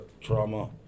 Trauma